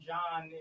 John